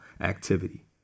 activity